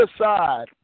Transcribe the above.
aside